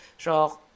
Genre